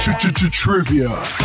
Trivia